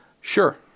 Sure